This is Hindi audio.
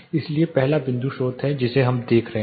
इसलिए पहला बिंदु स्रोत है जिसे हम देख रहे हैं